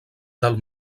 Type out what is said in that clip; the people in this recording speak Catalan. del